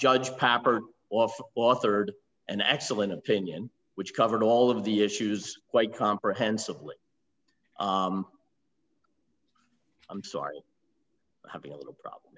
judge papper off authored an excellent opinion which covered all of the issues quite comprehensively i'm sorry having a little problem